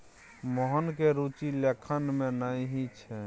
मोहनक रुचि लेखन मे नहि छै